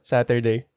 Saturday